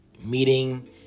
meeting